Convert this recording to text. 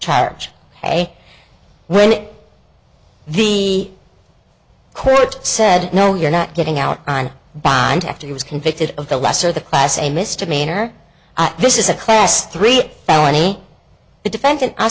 charge hey when it the court said no you're not getting out on bond after he was convicted of the lesser the class a misdemeanor this is a class three felony the defendant